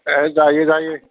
ए जायो जायो